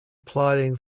plodding